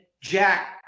Jack